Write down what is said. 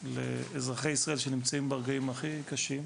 תרופה ועזרה לאזרחי ישראל שנמצאים ברגעים הכי קשים.